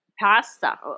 pasta